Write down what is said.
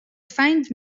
find